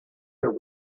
her